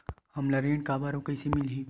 हमला ऋण काबर अउ कइसे मिलही?